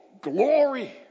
glory